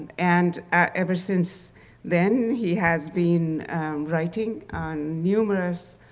and ever since then, he has been writing on numerous